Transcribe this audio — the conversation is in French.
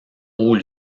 haut